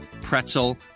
pretzel